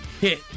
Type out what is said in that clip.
hit